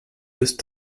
used